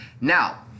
now